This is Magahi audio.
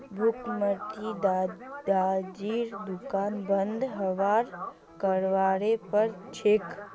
भुखमरीत दादाजीर दुकान बंद हबार कगारेर पर छिले